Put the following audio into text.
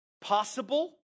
possible